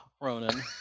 Ronan